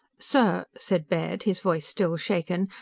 sir, said baird, his voice still shaken,